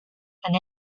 and